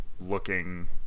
looking